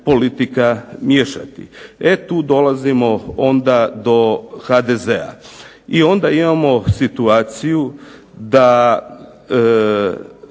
E, tu dolazimo onda do HDZ-a. I onda imamo situaciju da